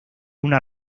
una